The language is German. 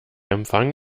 empfang